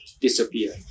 disappear